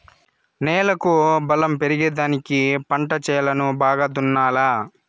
నేలకు బలం పెరిగేదానికి పంట చేలను బాగా దున్నాలా